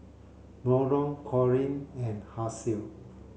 Nolen Corine and Hasel